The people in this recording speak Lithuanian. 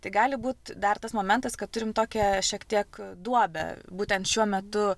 tai gali būt dar tas momentas kad turim tokią šiek tiek duobę būtent šiuo metu